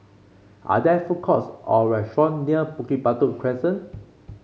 are there food courts or restaurant near Bukit Batok Crescent